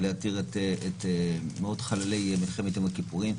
להתיר את מאות חללי מלחמת יום הכיפורים.